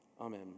Amen